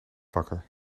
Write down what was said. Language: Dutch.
wakker